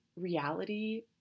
reality